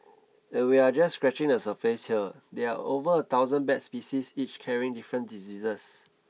and we're just scratching the surface here there are over a thousand bat species each carrying different diseases